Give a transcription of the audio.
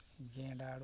ᱜᱮᱸᱰᱟᱲᱩ